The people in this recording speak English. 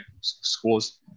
Schools